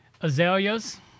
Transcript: Azaleas